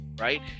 right